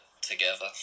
together